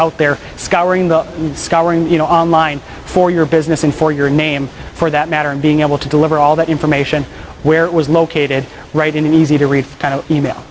out there scouring the scouring you know online for your business and for your name for that matter and being able to deliver all that information where it was located right in an easy to read kind of e mail